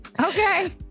Okay